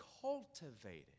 cultivated